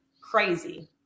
crazy